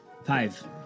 Five